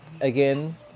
Again